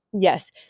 Yes